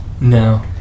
no